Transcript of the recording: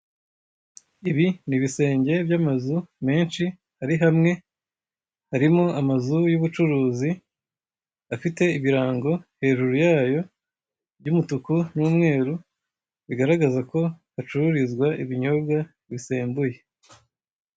Ibi ni ibisenge by'amazu menshi ari hamwe, harimo amazu y'ubucuruzi, afite ibirango hejuru yayo by'umutuku n'umweru, bigaragaza ko hacururizwa ibinyobwa bisembuye.